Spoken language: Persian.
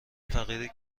فقیری